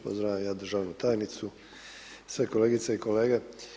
Pozdravljam ja državnu tajnicu, sve kolegice i kolege.